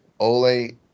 Ole